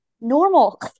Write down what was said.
normal